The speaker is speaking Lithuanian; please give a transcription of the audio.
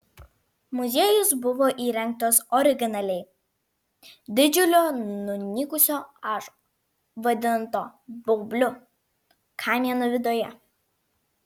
muziejus buvo įrengtas originaliai didžiulio nunykusio ąžuolo vadinto baubliu kamieno viduje